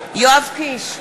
יואב קיש,